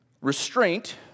Restraint